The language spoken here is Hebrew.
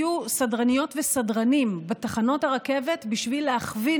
יהיו סדרניות וסדרנים בתחנות הרכבת בשביל להכווין